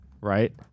Right